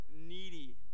needy